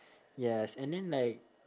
yes and then like